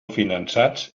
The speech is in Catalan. finançats